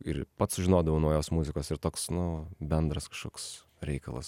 ir pats sužinodavau naujos muzikos ir toks nu bendras kažkoks reikalas